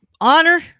honor